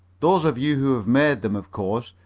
those of you who have made them, of course,